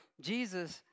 Jesus